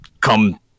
come